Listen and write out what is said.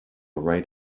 right